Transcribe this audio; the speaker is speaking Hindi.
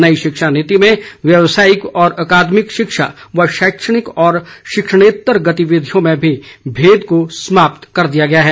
नई शिक्षा नीति में व्यावसायिक और अकादमिक शिक्षा तथा शैक्षणिक और शिक्षणेत्तर गतिविधियों में भेद को भी समाप्त कर दिया गया है